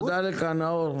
תודה לך, נאור.